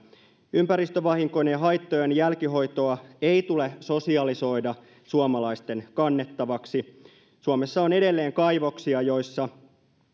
ympäristövahinkojen ja haittojen jälkihoitoa ei tule sosialisoida suomalaisten kannettavaksi suomessa on edelleen kaivoksia joissa